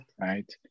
Right